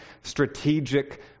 strategic